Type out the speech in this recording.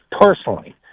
personally